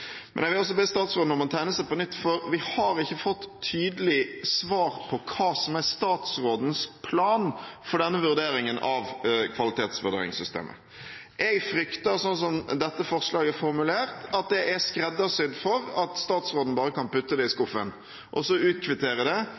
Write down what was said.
Men jeg vil også be statsråden om å tegne seg på nytt, for vi har ikke fått tydelig svar på hva som er statsrådens plan for denne vurderingen av kvalitetsvurderingssystemet. Jeg frykter, slik dette forslaget er formulert, at det er skreddersydd for at statsråden bare kan putte det i skuffen og så kvittere det